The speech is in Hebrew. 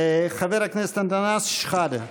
חבר הכנסת אנטאנס שחאדה.